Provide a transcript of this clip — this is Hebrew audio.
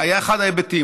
היה אחד ההיבטים.